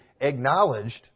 acknowledged